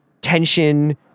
tension